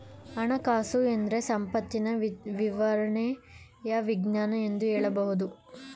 ಹಣಕಾಸುಎಂದ್ರೆ ಸಂಪತ್ತಿನ ನಿರ್ವಹಣೆಯ ವಿಜ್ಞಾನ ಎಂದು ಹೇಳಬಹುದು